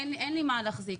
אין לי מה להחזיק,